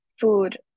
food